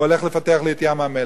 הוא הולך לפתח לי את ים-המלח.